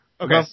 Okay